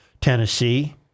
Tennessee